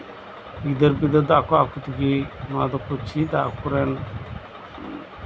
ᱜᱤᱫᱟᱹᱨᱼᱯᱤᱫᱟᱹᱨ ᱠᱚᱫᱚ ᱱᱚᱣᱟ ᱫᱚᱠᱚ ᱪᱮᱫᱟ ᱟᱠᱚᱨᱮᱱ